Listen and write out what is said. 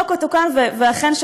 זה תוקן.